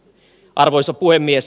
arvoisa puhemies